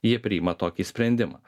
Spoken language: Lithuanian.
jie priima tokį sprendimą